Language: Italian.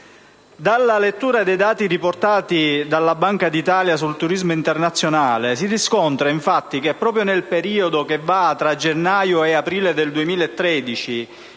Dalla lettura dei dati riportati dalla Banca d'Italia sul turismo internazionale si riscontra che, proprio nel periodo tra gennaio e aprile del 2013,